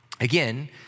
Again